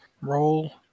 roll